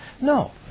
No